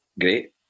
great